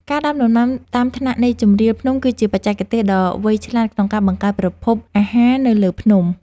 ការដាំដំណាំតាមថ្នាក់នៃជម្រាលភ្នំគឺជាបច្ចេកទេសដ៏វៃឆ្លាតក្នុងការបង្កើតប្រភពអាហារនៅលើភ្នំ។